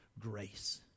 grace